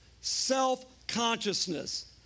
self-consciousness